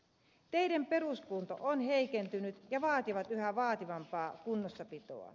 teiden peruskunto on heikentynyt ja vaatii yhä vaativampaa kunnossapitoa